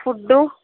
food